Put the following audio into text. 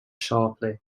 sharply